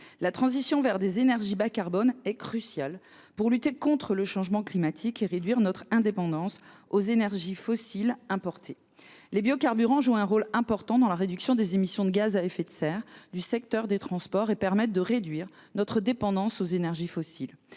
La transition vers des énergies bas carbone est cruciale pour lutter contre le changement climatique et réduire notre dépendance aux énergies fossiles importées. Les biocarburants jouent un rôle important dans la réduction des émissions de gaz à effet de serre du secteur des transports et permettent de réduire notre dépendance aux énergies fossiles.